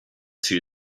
two